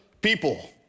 people